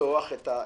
לפתוח את הדיון.